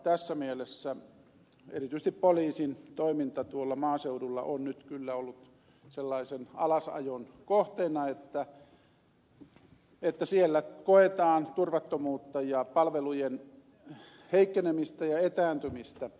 tässä mielessä erityisesti poliisin toiminta tuolla maaseudulla on nyt kyllä ollut sellaisen alasajon kohteena että siellä koetaan turvattomuutta ja palvelujen heikkenemistä ja etääntymistä